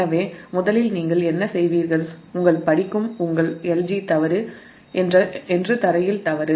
எனவே முதலில் L G தவறு மற்றும் க்ரவுன்ட் தவறு பற்றி தெரிந்து கொள்வோம்